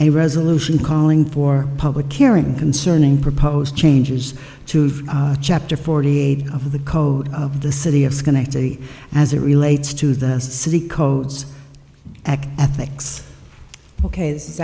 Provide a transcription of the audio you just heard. a resolution calling for public airing concerning proposed changes to chapter forty eight of the code of the city of schenectady as it relates to the city codes of ethics ok this is